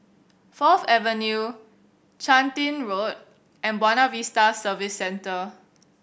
Fourth Avenue Chun Tin Road and Buona Vista Service Centre